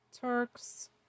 Turks